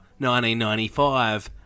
1995